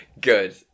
Good